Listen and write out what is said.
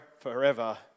forever